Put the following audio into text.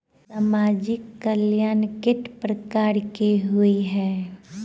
सामाजिक कल्याण केट प्रकार केँ होइ है?